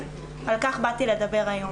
ועל כך באתי לדבר היום.